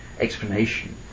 explanation